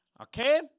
Okay